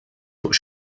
fuq